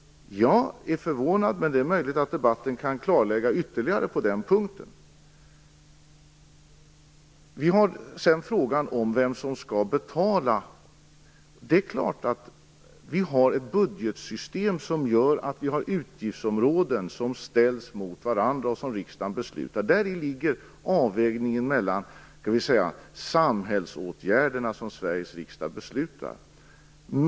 Jag är förvånad, men det är möjligt att debatten kan ge ytterligare klarlägganden på den punkten. Vi har sedan frågan om vem som skall betala. Vi har ett budgetsystem med utgiftsområden som ställs mot varandra och som riksdagen beslutar om. Däri ligger avvägningen mellan de samhällsåtgärder som Sveriges riksdag beslutar.